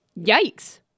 yikes